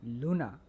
Luna